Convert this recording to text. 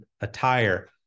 attire